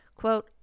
Quote